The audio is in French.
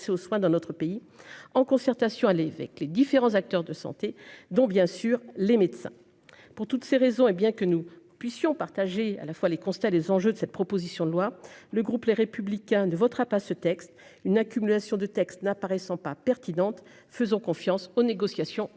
aux soins dans notre pays en concertation à évêque les différents acteurs de santé, dont bien sûr les médecins pour toutes ces raisons et bien que nous puissions partager à la fois les constats les enjeux de cette proposition de loi le groupe Les Républicains ne votera pas ce texte. Une accumulation de texte n'apparaissant pas pertinente. Faisons confiance aux négociations conventionnelles.